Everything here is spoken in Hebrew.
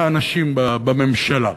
לאנשים בממשלה,